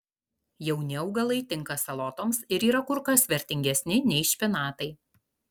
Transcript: jauni augalai tinka salotoms ir yra kur kas vertingesni nei špinatai